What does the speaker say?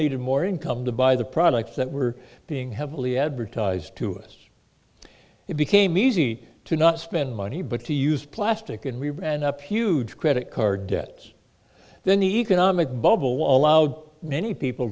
needed more income to buy the products that were being heavily advertised to us it became easy to not spend money but to use plastic and we ran up huge credit card debts then the economic bubble will allowed many people